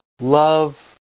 love